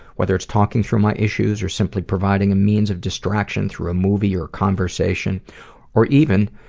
whether it's talking through my issues or simply providing a means of distraction through a movie or conversation or even,